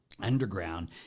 underground